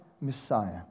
Messiah